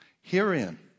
Herein